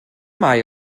mae